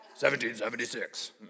1776